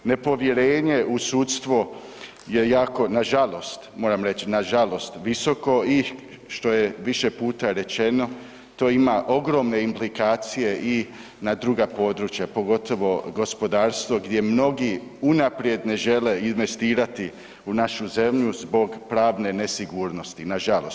Nepovjerenje u sudtvo je jako, nažalost, moram reći nažalost visoko i što je više puta rečeno to ima ogromne implikacije i na druga područja pogotovo gospodarstvo gdje mnogi unaprijed ne žele investirati u našu zemlju zbog pravne nesigurnosti, nažalost.